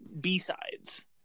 B-sides